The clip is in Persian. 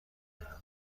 دارم